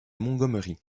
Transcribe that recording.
montgomery